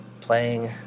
playing